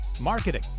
marketing